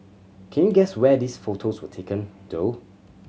can you guess where these photos were taken though